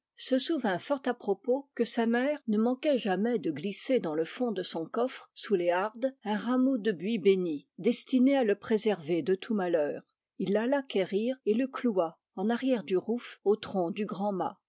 se souvint fort à propos que sa mère ne manquait jamais de glisser dans le fond de son coffre sous les hardes un rameau de buis bénit destiné à le préserver de tout malheur il l'alla querir et le cloua en arrière du rouf au tronc du grand mât